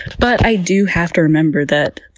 but i do have to remember that,